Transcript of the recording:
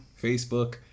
Facebook